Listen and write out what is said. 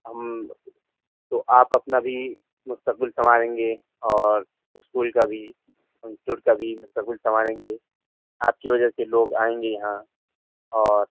ہم تو آپ اپنا بھی مستقبل سنواریں گے اور اسکول کا بھی انسٹیٹیوٹ کا بھی مستقبل سنواریں گے آپ کی وجہ سے لوگ آئیں گے یہاں اور